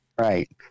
Right